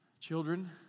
children